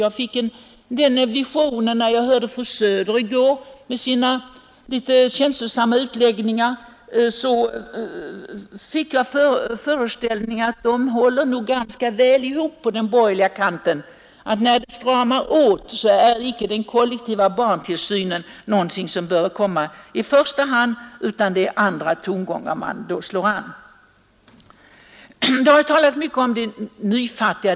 När jag i går hörde fru Söders litet känslosamma utläggningar, fick jag föreställningen, att man håller nog ganska väl ihop på den borgerliga kanten och anser att då det stramar åt är icke den kollektiva barntillsynen någonting som bör komma i första hand. Det är andra tongångar man då slår an. Det har talats mycket om de nyfattiga.